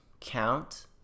count